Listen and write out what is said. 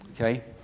Okay